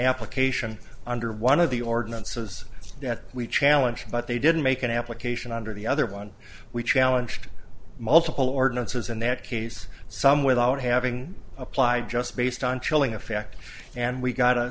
application under one of the ordinances that we challenge but they didn't make an application under the other one we challenged multiple ordinances in that case some without having applied just based on chilling effect and we got a